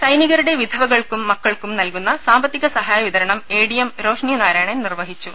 സൈനികരുടെ വിധവകൾക്കും മക്കൾക്കും നൽകുന്നു സാമ്പത്തിക സഹായവിതരണം എഡിഎം രോഷ്നി നാരായണൻ നിർവഹിച്ചു